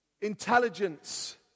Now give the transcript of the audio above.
intelligence